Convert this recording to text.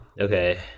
Okay